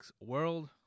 world